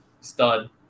stud